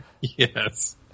Yes